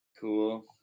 Cool